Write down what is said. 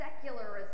secularism